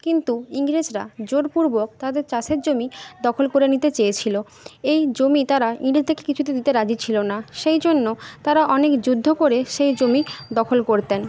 কিন্তু ইংরেজরা জোরপূর্বক তাদের চাষের জমি দখল করে নিতে চেয়েছিল এই জমি তারা ইংরেজদেরকে কিছুতেই দিতে রাজি ছিল না সেই জন্য তারা অনেক যুদ্ধ করে সেই জমি দখল করতেন